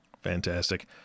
Fantastic